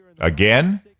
Again